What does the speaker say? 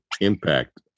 impact